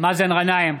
מאזן גנאים,